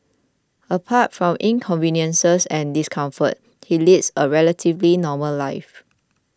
apart from inconvenience and discomfort he leads a relatively normal life